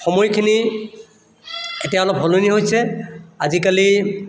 সময়খিনি এতিয়া অলপ সলনি হৈছে আজিকালি